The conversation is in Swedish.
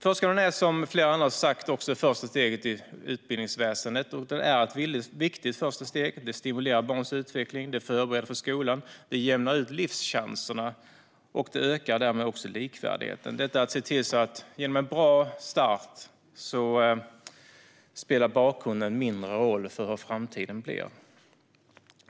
Förskolan är, som flera andra har sagt, också första steget i utbildningsväsendet, och den är ett viktigt första steg. Den stimulerar barns utveckling, förbereder för skolan, jämnar ut livschanserna och ökar därmed också likvärdigheten. Genom att se till att ge barnen en bra start spelar bakgrunden mindre roll för hur framtiden blir.